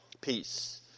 peace